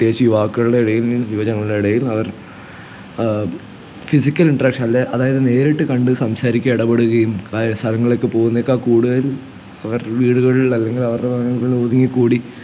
പ്രത്യേകിച്ച് യുവാക്കളുടെ ഇടയിൽ നിന്നും യുവജനങ്ങളുടെ ഇടയിൽ അവർ ഫിസിക്കൽ ഇൻട്രാക്ഷനില് അല്ലെങ്കില് അതായത് നേരിട്ട് കണ്ട് സംസാരിക്കുകയും ഇടപെടുകയും അതായത് സ്ഥലങ്ങളിലേക്ക് പോകുന്നതിനേക്കാൾ കൂടുതൽ അവരുടെ വീടുകളിൽ അല്ലങ്കിൽ ഒതുങ്ങി കൂടി